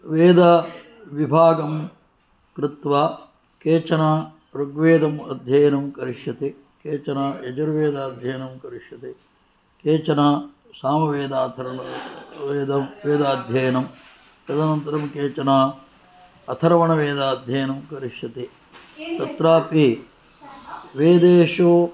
वेदविभागं कृत्वा केचन ऋग्वेदम् अध्ययनं करिष्यति केचन यजुर्वेदाध्ययनं करिष्यति केचन सामवेदाथर्व वेदाध्ययनं तदनन्तरं केचन अथर्वणवेदाध्ययनं करिष्यति तत्रापि वेदेुषु